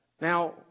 Now